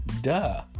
duh